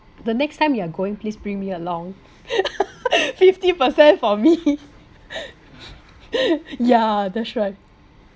the next time you are going please bring me along fifty percent for me yeah that's right